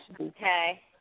Okay